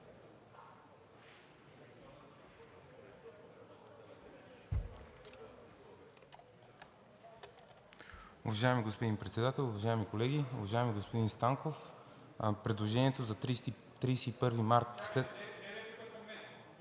Уважаеми господин Председател, уважаеми колеги! Уважаеми господин Станков, предложението за 31 март… ЖЕЧО